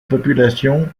population